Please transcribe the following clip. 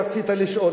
רצית לשאול,